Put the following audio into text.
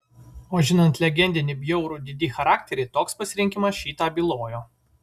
o žinant legendinį bjaurų didi charakterį toks pasirinkimas šį tą bylojo